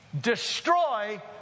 destroy